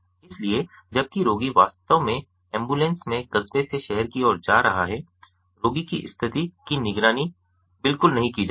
इसलिए जबकि रोगी वास्तव में एम्बुलेंस में कस्बे से शहर की ओर जा रहा है रोगी की स्थिति की निगरानी बिल्कुल नहीं की जाती है